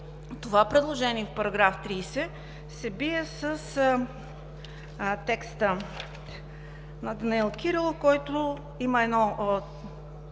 това предложение в § 30 се бие с текста на Данаил Кирилов, който има едно